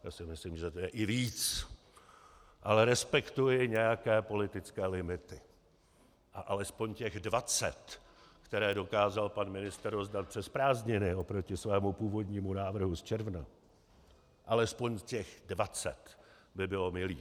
Já si myslím, že to je i víc, ale respektuji nějaké politické limity a alespoň těch dvacet, které dokázal pan ministr rozdat přes prázdniny oproti svému původnímu návrhu z června, alespoň těch dvacet by bylo milých.